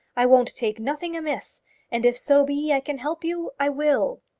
i won't take nothing amiss and if so be i can help you, i will.